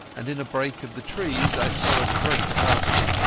and in a break of the trees i saw a great castle.